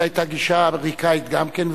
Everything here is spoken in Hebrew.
זו היתה גישה אמריקנית גם כן,